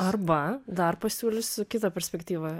arba dar pasiūlysiu kitą perspektyvą